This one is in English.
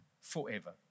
forever